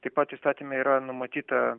taip pat įstatyme yra numatyta